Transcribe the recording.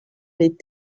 les